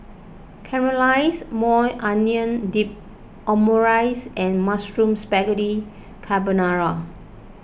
Caramelized Maui Onion Dip Omurice and Mushroom Spaghetti Carbonara